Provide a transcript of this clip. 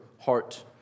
heart